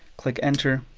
click enter